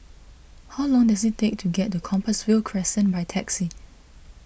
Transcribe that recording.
how long does it take to get to Compassvale Crescent by taxi